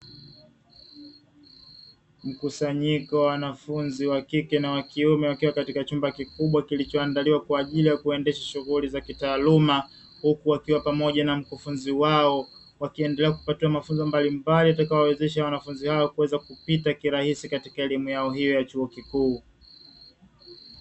Mkusanyiko wa wanafunzi wa kike na wa kiume wakiwa katika chumba kikubwa kilichoandaliwa kwa ajili ya kuendesha shughuli za kitaaluma, huku wakiwa pamoja na mkufunzi wao wakiendelea kupatiwa mafunzo mbalimbali yatakayo wawezesha wanafunzi hao kuweza kupita kirahisi katika elimu yao hiyo ya chuo kikuu.